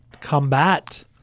combat